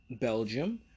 Belgium